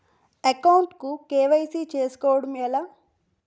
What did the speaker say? Account కు KYC చేసుకోవడం ఎలా?